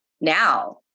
now